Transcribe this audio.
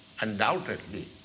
undoubtedly